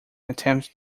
attempt